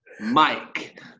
Mike